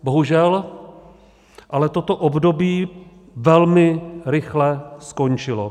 Bohužel ale toto období velmi rychle skončilo.